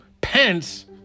Pence